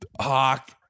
Hawk